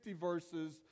verses